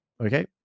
okay